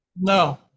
no